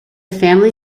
family